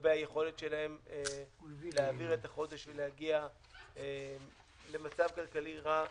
לגבי היכולת שלהם להעביר את החודש ולהגיע למצב כלכלי רע,